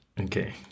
okay